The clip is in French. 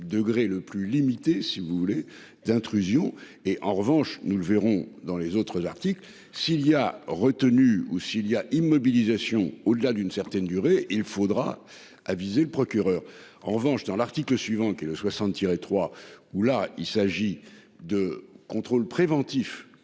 degré le plus limité, si vous voulez, d'intrusion et en revanche, nous le verrons dans les autres articles. S'il y a retenu ou s'il y a immobilisation au-delà d'une certaine durée. Il faudra aviser le procureur en revanche dans l'article suivant, qui le 60 tiré trois où, là, il s'agit de contrôles préventifs